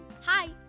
Hi